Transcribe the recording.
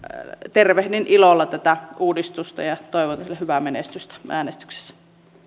tervehdin ilolla tätä uudistusta ja toivon sille hyvää menestystä äänestyksessä